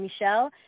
Michelle